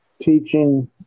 teaching